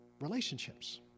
relationships